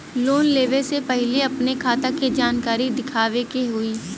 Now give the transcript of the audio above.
Loan लेवे से पहिले अपने खाता के जानकारी दिखावे के होई?